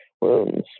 wounds